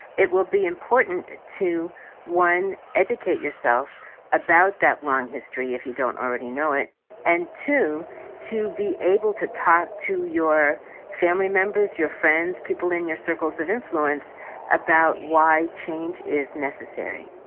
it will be important to one educate yourself absolutely that long history if you don't already know it and two to be able to talk to your family members, your friends, people in your circles of influence about why change is necessary.